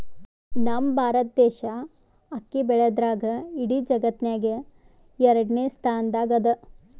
ನಮ್ ಭಾರತ್ ದೇಶ್ ಅಕ್ಕಿ ಬೆಳ್ಯಾದ್ರ್ದಾಗ್ ಇಡೀ ಜಗತ್ತ್ನಾಗೆ ಎರಡನೇ ಸ್ತಾನ್ದಾಗ್ ಅದಾ